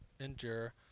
endure